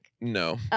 No